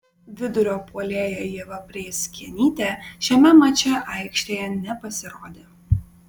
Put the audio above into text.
vidurio puolėja ieva prėskienytė šiame mače aikštėje nepasirodė